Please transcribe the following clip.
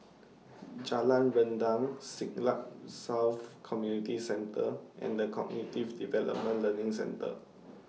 Jalan Rendang Siglap South Community Centre and The Cognitive Development Learning Centre